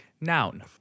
Noun